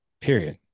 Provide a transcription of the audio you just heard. period